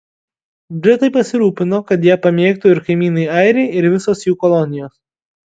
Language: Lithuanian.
britai pasirūpino kad ją pamėgtų ir kaimynai airiai ir visos jų kolonijos